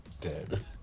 dead